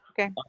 Okay